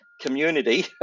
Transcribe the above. community